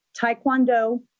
Taekwondo